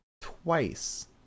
twice